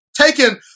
taken